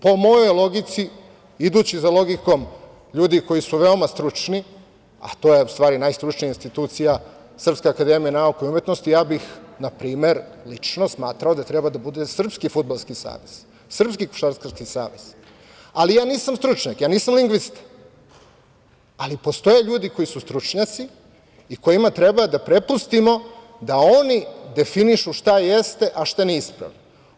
Po mojoj logici, idući za logikom ljudi koji su veoma stručni, a to je u stvari najstručnija institucija, Srpska akademija nauke i umetnosti, ja, na primer, lično smatram da treba da bude srpski fudbalski savez, srpski košarkaški savez, ali, ja nisam stručnjak, nisam lingvista, ali postoje ljudi koji su stručnjaci i kojima treba da prepustimo da oni definišu šta jeste, a šta nije ispravno.